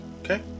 Okay